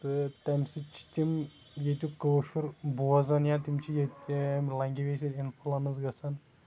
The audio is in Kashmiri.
تہٕ تَمہِ سۭتۍ چھِ تِم ییٚتیُک کٲشُر بوزان یا تِم چھِ ییٚتہِ چہِ لینگویجہِ اِنفٕلنس گژھان